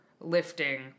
lifting